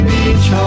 Beach